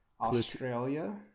Australia